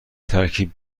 ترکیب